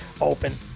open